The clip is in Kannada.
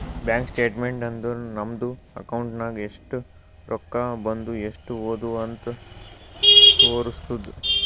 ಬ್ಯಾಂಕ್ ಸ್ಟೇಟ್ಮೆಂಟ್ ಅಂದುರ್ ನಮ್ದು ಅಕೌಂಟ್ ನಾಗ್ ಎಸ್ಟ್ ರೊಕ್ಕಾ ಬಂದು ಎಸ್ಟ್ ಹೋದು ಅಂತ್ ತೋರುಸ್ತುದ್